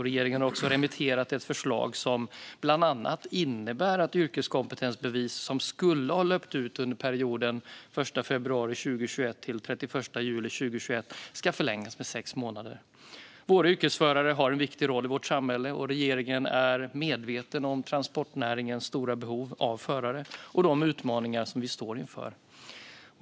Regeringen har också remitterat ett förslag som bland annat innebär att yrkeskompetensbevis som skulle ha löpt ut under perioden den 1 februari 2021 till den 31 juli 2021 ska förlängas med sex månader. Våra yrkesförare har en viktig roll i vårt samhälle, och regeringen är medveten om transportnäringens stora behov av förare och de utmaningar de står inför.